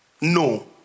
no